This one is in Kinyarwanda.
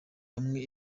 hamwe